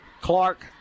Clark